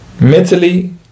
mentally